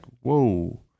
whoa